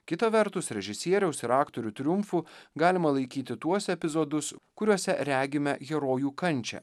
kita vertus režisieriaus ir aktorių triumfu galima laikyti tuos epizodus kuriuose regime herojų kančią